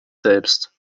selbst